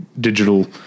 digital